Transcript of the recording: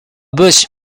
bush